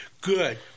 good